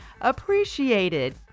appreciated